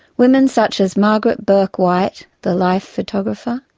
women such as margaret bourke white, the life photographer,